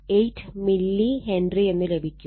58 millihenry എന്ന് ലഭിക്കും